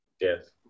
Yes